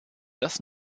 das